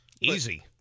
Easy